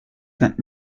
that